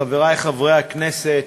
תודה רבה, חברי חברי הכנסת,